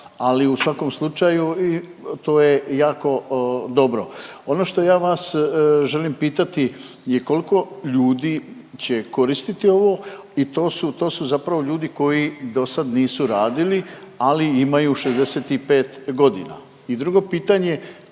ali u svakom slučaju i to je jako dobro. Ono što ja vas želim pitati je koliko ljudi će koristiti ovo i to su, to su zapravo ljudi koji dosad nisu radili ali imaju 65 godina. I drugo pitanje